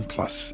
Plus